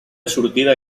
sortida